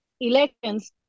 elections